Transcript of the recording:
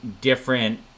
different